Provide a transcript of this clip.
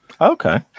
Okay